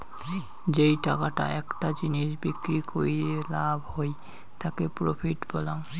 যেই টাকাটা একটা জিনিস বিক্রি কইরে লাভ হই তাকি প্রফিট বলাঙ্গ